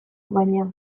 baina